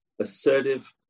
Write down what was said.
assertive